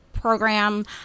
program